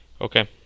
Okay